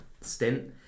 stint